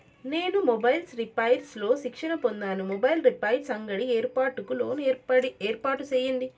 నేను mobiles repairs లో శిక్షణ పొందాను, మొబైల్ రిపైర్స్ అంగడి ఏర్పాటుకు లోను ఏర్పాటు సేయండి?